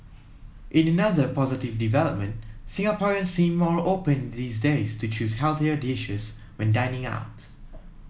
in another positive development Singaporeans seem more open these days to choosing healthier dishes when dining out